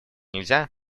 нельзя